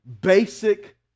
basic